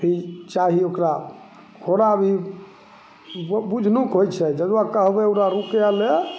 भी चाही ओकरा थोड़ा भी ब बुझनुक होइ छै यदि कहबै ओकरा रुकैले